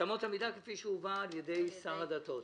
את אמות המידה כפי שהובאו על ידי שר הדתות.